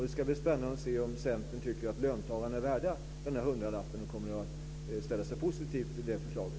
Det ska bli spännande att se om Centern tycker att löntagarna är värda den hundralappen och kommer att ställa sig positiv till det förslaget.